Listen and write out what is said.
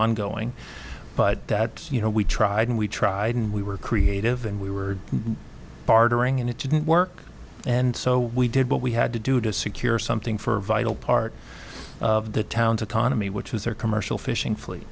ongoing but that you know we tried and we tried and we were creative and we were partying and it didn't work and so we did what we had to do to secure something for a vital part of the town's autonomy which was their commercial fishing flee